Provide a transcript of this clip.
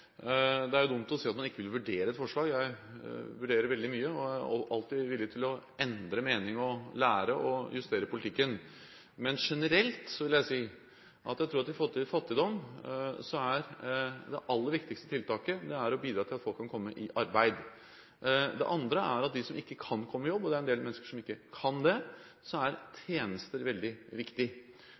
Det er dumt å si at man ikke vil vurdere et forslag – jeg vurderer veldig mye, og er alltid villig til å endre mening, lære og justere politikken. Men generelt vil jeg si at jeg tror at når det gjelder fattigdom, er det aller viktigste tiltaket å bidra til at folk kan komme i arbeid. Det andre er at for dem som ikke kan komme i jobb – og det er en del mennesker som ikke kan det – er tjenester veldig viktig.